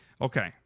okay